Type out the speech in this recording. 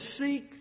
seek